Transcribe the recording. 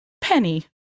Penny